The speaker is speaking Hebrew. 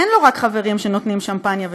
אין לו רק חברים שנותנים שמפניה וסיגריות,